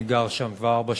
אני גר שם כבר ארבע שנים,